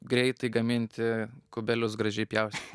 greitai gaminti kubelius gražiai pjaustyt